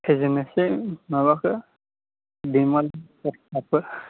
फेजेननोसै माबाखो दैमालु स्पर्ट्स क्लाबखो